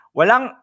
Walang